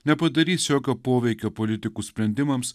nepadarys jokio poveikio politikų sprendimams